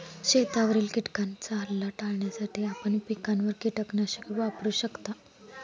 शेतावरील किटकांचा हल्ला टाळण्यासाठी आपण पिकांवर कीटकनाशके वापरू शकता